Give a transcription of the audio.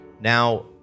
Now